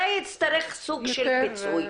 זה הצטרך סוג של פיצוי,